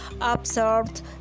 observed